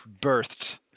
birthed